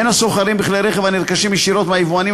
הן הסוחרים בכלי רכב הנרכשים ישירות מהיבואנים